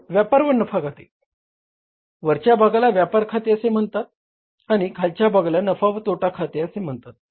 तर वरच्या भागाला व्यापार खाते असे म्हणतात आणि खालच्या भागाला नफा व तोटा खाते असे म्हणतात